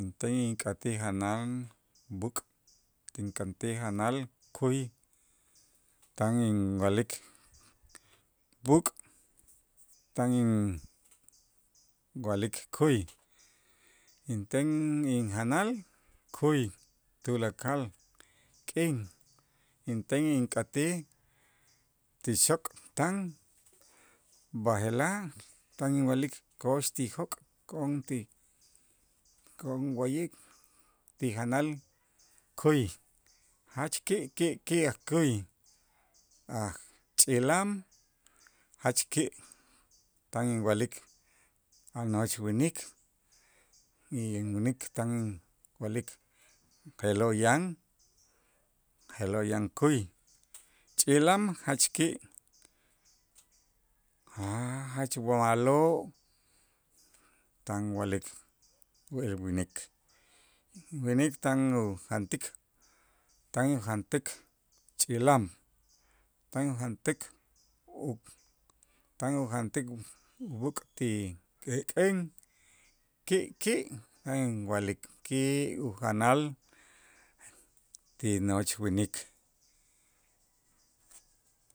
Inten ink'atij janal b'äk', tinkantik janal käy, tan inwa'lik b'äk', tan inwa'lik käy inten injanal käy, tulakal k'in inten ink'atij ti xok t'an, b'aje'laj tan inwa'lik ko'ox ti jok' ko'on ti ko'on wa'ye' ti janal käy jach ki'ki' ki' käy a' ch'ilam jach ki' tan inwa'lik a' nojoch winik y winik tan inwa'lik je'lo' yan je'lo' yan käy, ch'ilam jach ki' jach ma'lo' tan wa'lik winik b'inij tan ujantik tan ujantik ch'ilam tan ujantik u tan ujantik b'äk' ti k'ek'en ki'ki' tan inwa'lik ki' ujanal ti nojoch winik.